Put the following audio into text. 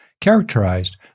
characterized